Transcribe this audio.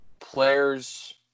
players